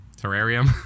terrarium